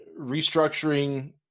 restructuring